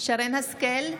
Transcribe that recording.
שרן מרים השכל,